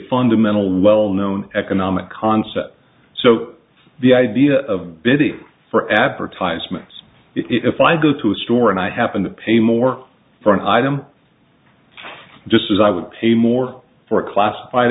fundamental well known economic concept so the idea of bidding for advertisements if i go to a store and i happen to pay more for an item just as i would pay more for a classified